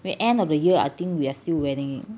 when end of the year I think we are still wearing it